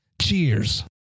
Cheers